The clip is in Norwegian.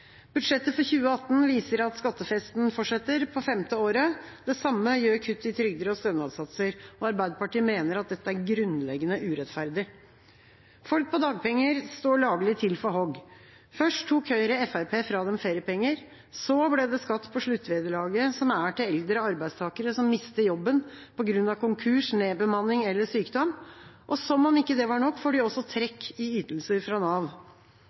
Budsjettet for 2018 viser at skattefesten fortsetter på femte året. Det samme gjør kutt i trygder og stønadssatser. Arbeiderpartiet mener at dette er grunnleggende urettferdig. Folk på dagpenger står laglig til for hogg. Først tok Høyre og Fremskrittspartiet fra dem feriepengene. Så ble det skatt på sluttvederlaget, som er til eldre arbeidstakere som mister jobben på grunn av konkurs, nedbemanning eller sykdom. Og som om ikke det var nok, får de også trekk i ytelser